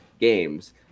games